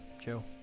chill